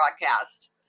broadcast